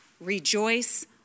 rejoice